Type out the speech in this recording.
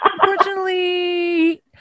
Unfortunately